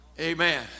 Amen